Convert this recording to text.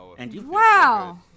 Wow